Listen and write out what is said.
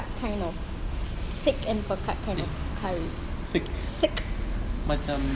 kind of thick and pekat kind of curry thick